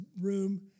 room